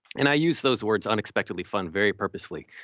and i use those words, unexpectedly fun, very purposefully.